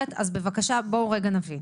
אחרי הדיון האחרון זה המשימות שניתנו לכם,